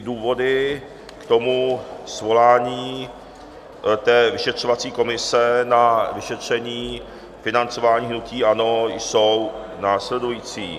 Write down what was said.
Důvody k svolání vyšetřovací komise na vyšetření financování hnutí ANO jsou následující: